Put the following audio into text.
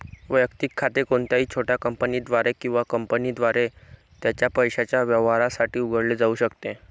वैयक्तिक खाते कोणत्याही छोट्या कंपनीद्वारे किंवा कंपनीद्वारे त्याच्या पैशाच्या व्यवहारांसाठी उघडले जाऊ शकते